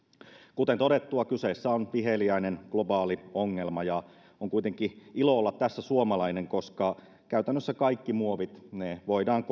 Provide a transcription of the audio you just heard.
kuten todettua kyseessä on viheliäinen globaali ongelma on kuitenkin ilo olla tässä suomalainen koska käytännössä kaikki muovit voidaan